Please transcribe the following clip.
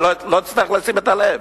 לא תצטרך לשים את הלב.